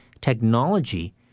technology